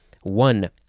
One